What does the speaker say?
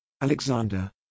Alexander